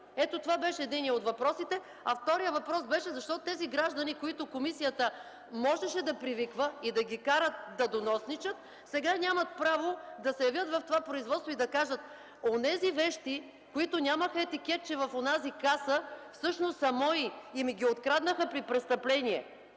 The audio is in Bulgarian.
Ето, това беше единият от въпросите. Вторият въпрос беше: защо тези граждани, които комисията можеше да привиква и да ги кара да доносничат, сега нямат право да се явят в това производство и да кажат: „Онези вещи, които нямаха етикетче в онази каса, всъщност са мои и ми ги откраднаха при престъпление!”.